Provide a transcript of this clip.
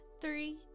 three